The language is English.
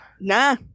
Nah